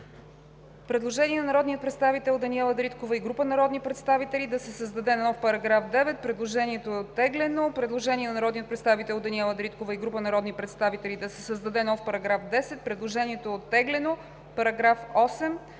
Предложение на народния представител Даниела Дариткова и група народни представители – да се създаде нов § 9. Предложението е оттеглено. Предложение на народния представител Даниела Дариткова и група народни представители – да се създаде § 10. Предложението е оттеглено. По § 8